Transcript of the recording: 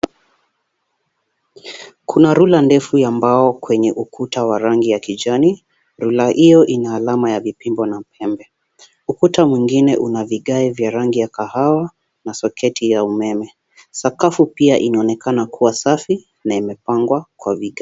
Kuna rula ndefu ya mbao kwenye ukuta wa rangi ya kijani. Rula hiyo ina alama ya vipimbo na mpembe. Ukuta mwingine una vigae vya rangi ya kahawa na soketi ya umeme. Sakafu pia inaonekana kuwa safi na imepangwa kwa vigae.